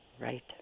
Right